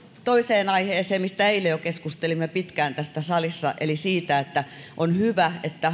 toiseen aiheeseen mistä eilen jo keskustelimme pitkään tässä salissa on hyvä että